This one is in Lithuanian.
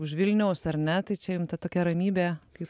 už vilniaus ar ne tai čia jum ta tokia ramybė kai